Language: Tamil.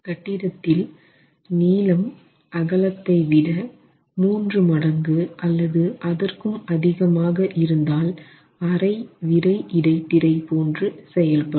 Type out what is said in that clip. கட்டிடத்தில் நீளம் அகலத்தை விட மூன்று மடங்கு அல்லது அதற்கும் அதிகமான இருந்தால் அரை விறை இடைத்திரை போன்று செயல் படும்